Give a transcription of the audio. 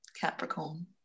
Capricorn